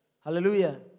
Hallelujah